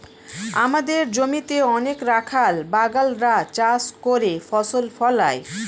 আমাদের জমিতে অনেক রাখাল বাগাল রা চাষ করে ফসল ফলায়